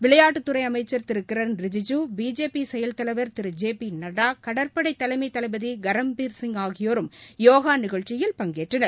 விளையாட்டுத்துறைஅமைச்ச் திருகிரண் ரிஜிஜு பிஜேபி செயல் தலைவர் திரு ஜே பிநட்டா கடற்படைதலைமைதளபதிகரம்பீர்சிங் ஆகியோரும் யோகாநிகழ்ச்சியில் பங்கேற்றனர்